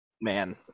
man